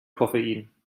koffein